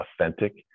authentic